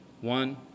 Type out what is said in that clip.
One